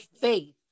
faith